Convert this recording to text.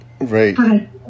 Right